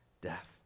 death